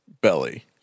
belly